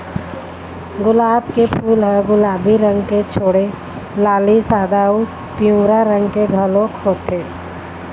गुलाब के फूल ह गुलाबी रंग के छोड़े लाली, सादा अउ पिंवरा रंग के घलोक होथे